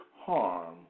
harm